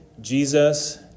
Jesus